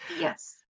yes